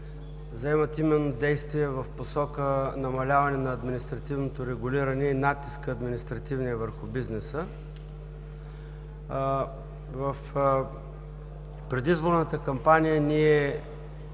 заемат именно действията в посока намаляване на административното регулиране и административния натиск върху бизнеса. В предизборната кампания ние